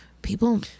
people